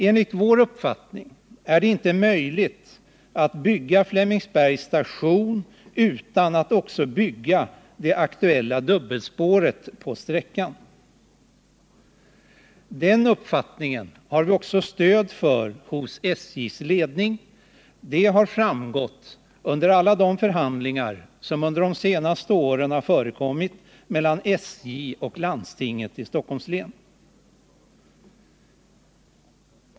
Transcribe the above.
Enligt vår uppfattning är det inte möjligt att bygga Flemingsbergs station utan att också bygga det aktuella dubbelspåret på sträckan. Den uppfattningen har vi också stöd för hos SJ:s ledning. Det har framkommit vid alla de förhandlingar som under de senaste åren förts mellan SJ och landstinget i Stockholms län.